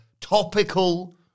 topical